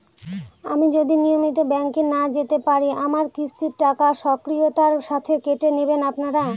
আমি যদি নিয়মিত ব্যংকে না যেতে পারি আমার কিস্তির টাকা স্বকীয়তার সাথে কেটে নেবেন আপনারা?